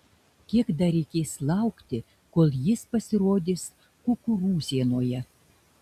kiek dar reikės laukti kol jis pasirodys kukurūzienoje